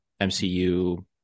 MCU